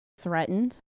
threatened